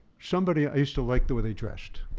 somebody, i used to like the way they dressed.